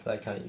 like I